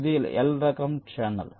ఇది L రకం channel